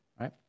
right